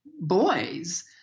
boys